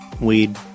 weed